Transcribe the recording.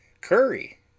curry